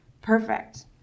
Perfect